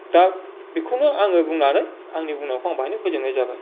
दा बेखौनो आङो बुंनानै आंनि बुंनांगौखौ आं बाहायनो फोजोबनाय जाबाय